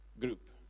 group